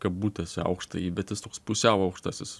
kabutėse aukštąjį bet jis toks pusiau aukštasis